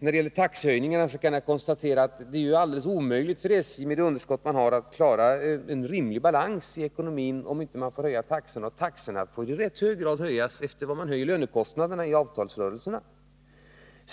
När det gäller taxehöjningarna kan jag konstatera att det är helt omöjligt för SJ, med det underskott man har, att klara en rimlig balans i ekonomin om man inte får höja taxorna. Och taxorna får ju i rätt hög grad höjas efter hur lönekostnaderna ökas i avtalsrörelserna.